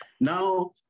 Now